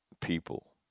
people